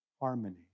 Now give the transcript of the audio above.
harmony